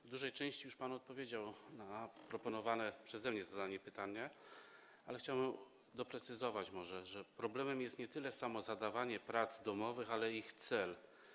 W dużej części już pan odpowiedział na proponowane przeze mnie pytanie, ale chciałbym doprecyzować może, że problemem jest nie tyle samo zadawanie prac domowych, ile ich cel.